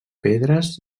pedres